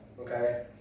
Okay